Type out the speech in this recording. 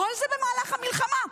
כל זה במהלך המלחמה.